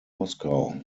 moscow